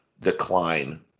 decline